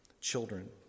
children